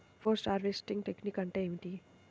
Post harvesting technique అంటే ఏమిటీ?